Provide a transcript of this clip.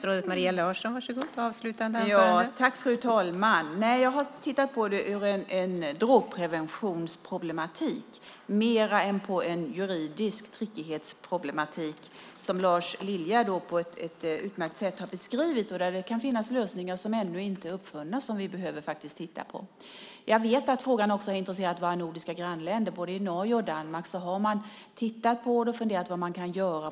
Fru talman! Jag har tittat på det i en drogpreventionsproblematik mer än i en juridisk trickighetsproblematik som Lars Lilja på ett utmärkt sätt har beskrivit. Det kan finnas lösningar som ännu inte är uppfunna som vi behöver titta på. Jag vet att frågan också har intresserat våra nordiska grannländer. Både i Norge och i Danmark har man tittat på det och funderat på vad man kan göra.